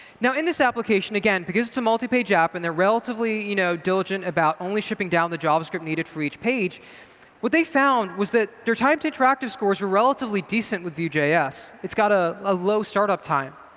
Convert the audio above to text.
now in this application again because it's a multi-page app and they're relatively you know diligent about only shipping down the javascript needed for each page what they found was that their time to interactive scores were relatively decent with vue js. it's got ah a low startup time.